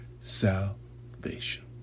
salvation